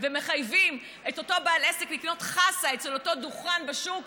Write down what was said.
ומחייבים את אותו בעל עסק לקנות חסה באותו דוכן בשוק,